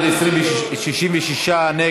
התשע"ט 2018, לוועדת הכספים נתקבלה.